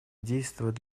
действовать